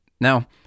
Now